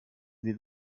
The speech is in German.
den